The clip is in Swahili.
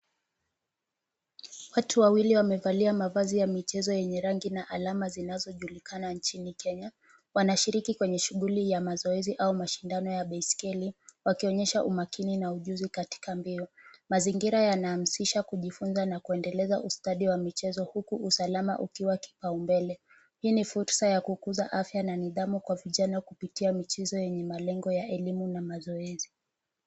Watu wawili wamevalia mavazi ya michezo yenye rangi na alama zinazojulikana nchini Kenya. Wanashiriki kwenye shughuli ya mazoezi au mashindano ya baiskeli wakionyesha umakini na ujuzi katika mbio. Mazingira yanahamasisha kujifunza na kuendeleza ustadi wa michezo huku usalama ukiwa kipaumbele. Hii ni fursa ya kukuza afya na nidhamu kwa vijana kupitia michezo yenye malengo ya elimu na mazoezi.